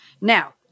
Now